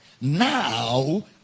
now